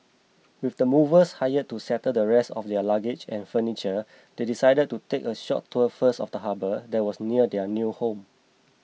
with the movers hired to settle the rest of their luggage and furniture they decided to take a short tour first of the harbour that was near their new home